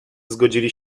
zgodzili